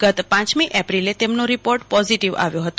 ગત પ મી એપ્રિલે તેમનો રીપોટ પોઝીટીવ આવ્યો હતો